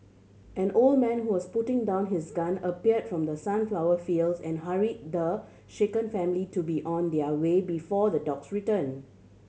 an old man who was putting down his gun appeared from the sunflower fields and hurried the shaken family to be on their way before the dogs return